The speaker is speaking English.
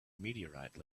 meteorite